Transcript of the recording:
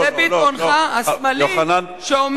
לביטאונך השמאלי שאומר,